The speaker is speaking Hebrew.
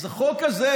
אז החוק הזה,